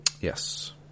Yes